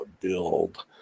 build